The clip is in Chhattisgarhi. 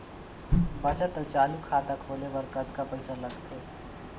बचत अऊ चालू खाता खोले बर कतका पैसा लगथे?